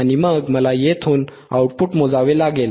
आणि मग मला येथून आउटपुट मोजावे लागेल